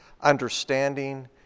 understanding